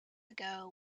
ago